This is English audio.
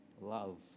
love